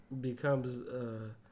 becomes